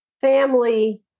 family